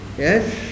Yes